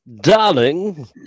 darling